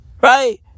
Right